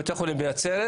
בבתי החולים בנצרת,